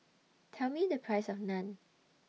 Tell Me The Price of Naan